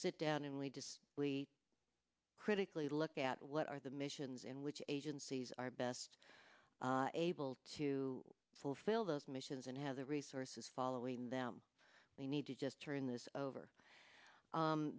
sit down and we just really critically look at what are the missions and which agencies are best able to fulfill those missions and have the resources following them we need to just turn this over